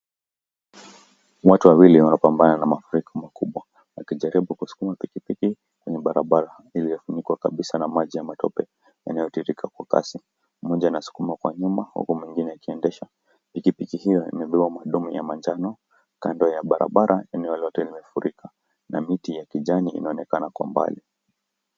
Watu wawili wanapambana na mafriko makubwa wakijaribu kusukuma pikipiki ndani ya barabara iliyofunikwa kabisa na maji ya matope inayotiririka kwa kasi. Mmoja anasukuma kwa nyuma huku mwingine akiendesha. Pikipiki hiyo yenye magurudumu ya manjano kando ya barabara eneo lote limefurika na miti ya kijani inaonekana kwa umbali.